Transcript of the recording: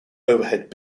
overhead